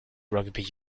rugby